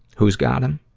who's got em?